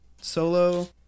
solo